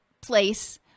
place